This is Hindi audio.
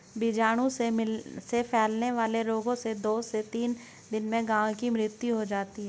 बीजाणु से फैलने वाले रोगों से दो से तीन दिन में गायों की मृत्यु हो जाती है